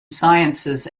sciences